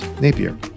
Napier